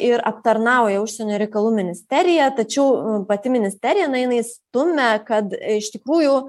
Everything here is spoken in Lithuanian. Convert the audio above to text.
ir aptarnauja užsienio reikalų ministerija tačiau pati ministerija na jinai stumia kad iš tikrųjų